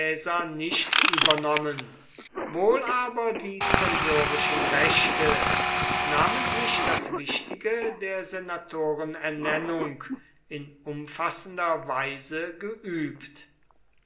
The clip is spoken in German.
nicht übernommen wohl aber die zensorischen rechte namentlich das wichtige der senatorenernennung in umfassender weise geübt